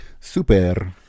Super